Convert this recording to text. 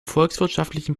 volkswirtschaftlichen